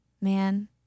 man